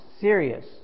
serious